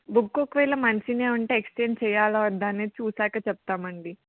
book ఒకవేళ మంచినే ఉంటే ఎక్స్టెండ్ చేయలా వద్దా అని చూశాకే చెప్తామండి